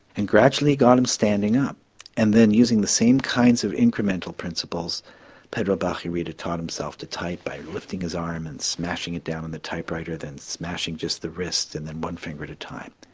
and gradually he got him standing up and then using the same kinds of incremental principals pedro bach-y-rita taught himself to type by lifting his arm and smashing it down on the typewriter, then smashing just the wrist and then one finger at a time.